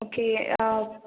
okay ஆ